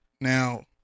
Now